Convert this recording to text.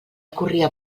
corria